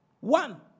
One